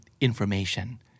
information